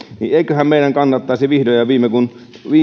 niin eiköhän meidän kannattaisi vihdoin ja viimein kun